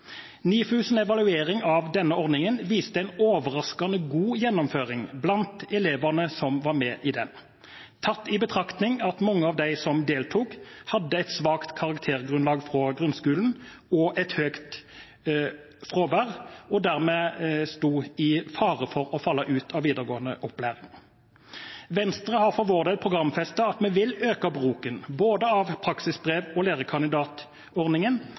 evaluering av denne ordningen viste en overraskende god gjennomføring blant elevene som var med i den, tatt i betraktning at mange av de som deltok, hadde et svakt karaktergrunnlag fra grunnskolen og høyt fravær, og dermed sto i fare for å falle ut av videregående opplæring. Venstre har for vår del programfestet at vi vil øke bruken både av praksisbrev og